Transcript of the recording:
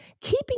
keeping